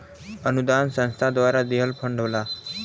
अनुदान संस्था द्वारा दिहल फण्ड होला